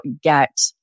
get